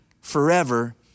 forever